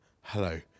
hello